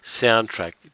soundtrack